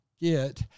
get